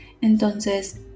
entonces